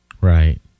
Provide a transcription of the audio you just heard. right